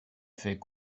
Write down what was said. fait